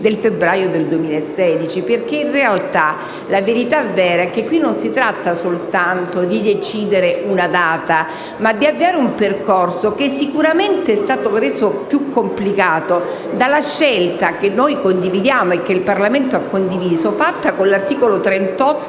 del febbraio 2016. Non si trattava, infatti, soltanto di decidere una data, ma di avviare un percorso che sicuramente è stato reso più complicato della scelta, che noi condividiamo e che il Parlamento ha condiviso, fatta con l'articolo 38